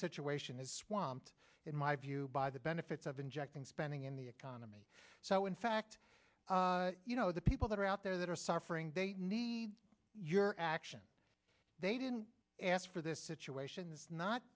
situation is swapped in my view by the benefits of injecting spending in the economy so in fact you know the people that are out there that are suffering they need your action they didn't ask for this situation it's not